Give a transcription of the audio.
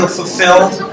fulfilled